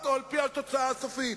לכנסת?